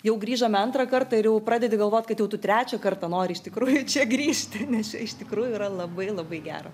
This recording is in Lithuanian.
jau grįžome antrą kartą ir jau pradedi galvot kad tu trečią kartą nori iš tikrųjų čia grįžti nes iš tikrųjų yra labai labai gera